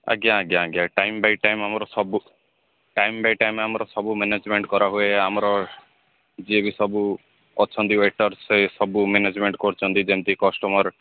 ଆଜ୍ଞା ଆଜ୍ଞା ଆଜ୍ଞା ଟାଇମ୍ ବାଇ ଟାଇମ୍ ଆମର ସବୁ ଟାଇମ୍ ବାଇ ଟାଇମ୍ ଆମର ସବୁ ମ୍ୟାନେଜମେଣ୍ଟ୍ କରାହୁଏ ଆମର ଯିଏ ବି ସବୁ ଅଛନ୍ତି ୱେଟର ସେ ସବୁ ମ୍ୟାନେଜମେଣ୍ଟ୍ କରୁଛନ୍ତି ଯେମିତି କଷ୍ଟମର୍